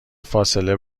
فاصله